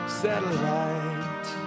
satellite